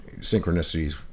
Synchronicities